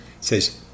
says